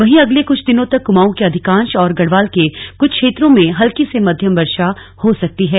वहीं अगले कुछ दिनों तक कुमाऊं के अधिकांश और गढ़वाल के कुछ क्षेत्रों में हल्की से मध्यम वर्षा हो सकती है